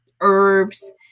herbs